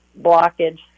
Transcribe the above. blockage